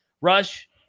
Rush